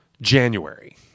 January